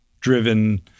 driven